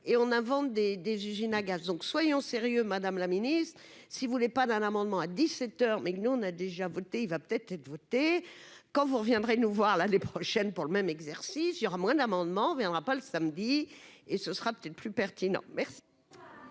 et on invente des des usines à gaz, donc soyons sérieux Madame la Ministre, si vous voulez pas d'un amendement à 17 heures, mais nous, on a déjà voté il va peut-être être voté quand vous reviendrez nous voir l'année prochaine pour le même exercice, il y aura moins d'amendements viendra pas le samedi, et ce sera peut-être plus pertinent, merci.